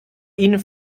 ihnen